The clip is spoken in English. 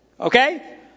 Okay